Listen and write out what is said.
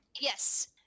Yes